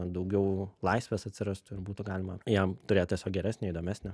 daugiau laisvės atsirastų ir būtų galima jam turėt tiesiog geresnę įdomesnę